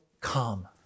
come